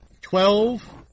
Twelve